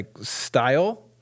style